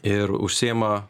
ir užsiima